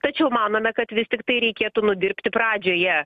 tačiau manome kad vis tiktai reikėtų nudirbti pradžioje